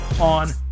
on